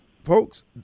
folks